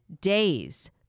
days